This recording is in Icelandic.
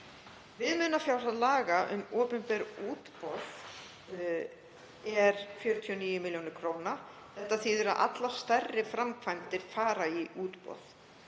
Viðmiðunarfjárhæð laga um opinber útboð er 49 millj. kr. Þetta þýðir að allar stærri framkvæmdir fara í útboð.